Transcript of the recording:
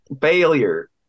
Failure